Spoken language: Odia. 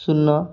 ଶୂନ